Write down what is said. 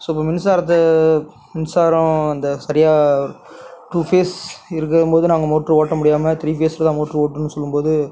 so அப்போ மின்சாரத்தை மின்சாரம் அந்த சரியாக டூ ஃபேஸ் இருக்கும்போது நாங்கள் மோட்ரு ஓட்டமுடியாமல் த்ரீ ஃபேஸில் தான் மோட்ரு ஓட்டணும் சொல்லும்போது